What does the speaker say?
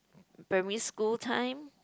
primary school time